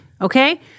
okay